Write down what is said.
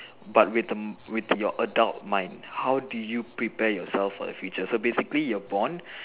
but with a with your adult mind how you prepare yourself for the future so basically you are born